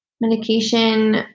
medication